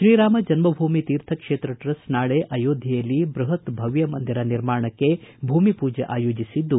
Shriram Janma Bhoomi Teerth Kshetra trust ನಾಳೆ ಅಯೋಧ್ಯೆಯಲ್ಲಿ ಬೃಹತ್ ಭವ್ದ ಮಂದಿರ ನಿರ್ಮಾಣಕ್ಕೆ ಭೂಮಿಪೂಜೆ ಆಯೋಜಿಸಿದ್ದು